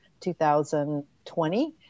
2020